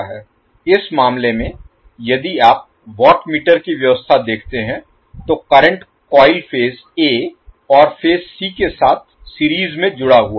इस मामले में यदि आप वाट मीटर की व्यवस्था देखते हैं तो करंट कॉइल फेज a और फेज c के साथ सीरीज में जुड़ा हुआ है